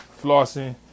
flossing